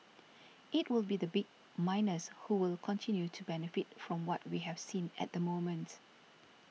it will be the big miners who will continue to benefit from what we have seen at the moment